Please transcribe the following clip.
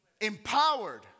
empowered